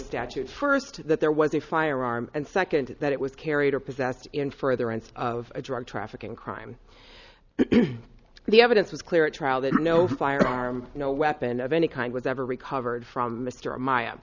statute first that there was a firearm and second that it was carried or possessed in further and of a drug trafficking crime the evidence was clear at trial that no firearm no weapon of any kind was ever recovered from mr my u